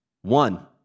one